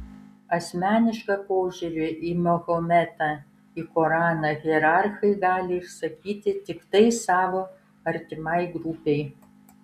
asmenišką požiūrį į mahometą į koraną hierarchai gali išsakyti tiktai savo artimai grupei